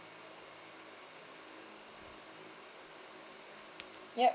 yup